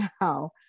now